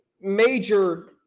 major